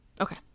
Okay